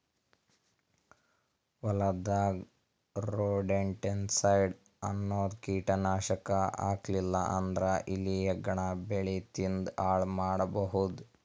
ಹೊಲದಾಗ್ ರೊಡೆಂಟಿಸೈಡ್ಸ್ ಅನ್ನದ್ ಕೀಟನಾಶಕ್ ಹಾಕ್ಲಿಲ್ಲಾ ಅಂದ್ರ ಇಲಿ ಹೆಗ್ಗಣ ಬೆಳಿ ತಿಂದ್ ಹಾಳ್ ಮಾಡಬಹುದ್